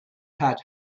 had